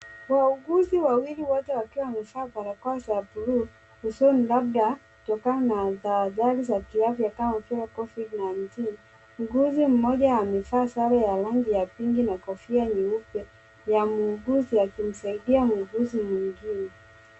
Wauguzi wawili wote wakiwa wamevaa barakoa za bluu usoni labda kutokana na tahadhari za kiafya kama vile covid nineteen. Muuguzi mmoja amevaa sare ya rangi ya pink na kofia nyeupe ya muuguzi akimsaidia muuguzi mwingine.